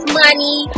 money